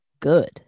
good